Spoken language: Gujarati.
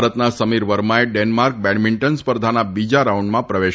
ભારતના સમીર વર્માએ ડેનમાર્ક બેડમિંટન સ્પર્ધાના બીજા રાઉન્ડમાં પ્રવેશ